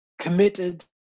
committed